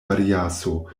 variaso